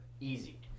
Easy